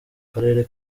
karere